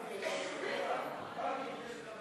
עמיתי חברי הכנסת,